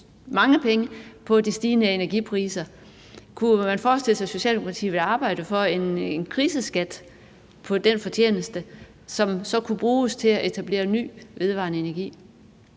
mange penge på de stigende energipriser. Kunne man forestille sig, at Socialdemokratiet ville arbejde for en kriseskat på den fortjeneste, som så kunne bruges til at etablere ny vedvarende energi?